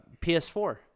PS4